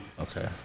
Okay